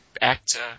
actor